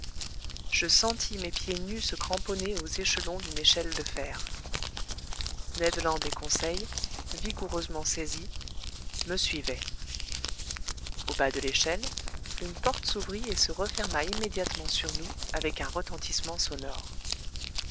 je sentis mes pieds nus se cramponner aux échelons d'une échelle de fer ned land et conseil vigoureusement saisis me suivaient au bas de l'échelle une porte s'ouvrit et se referma immédiatement sur nous avec un retentissement sonore